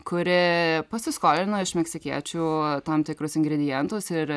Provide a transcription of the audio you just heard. kuri pasiskolino iš meksikiečių tam tikrus ingredientus ir